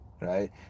right